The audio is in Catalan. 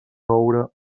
coure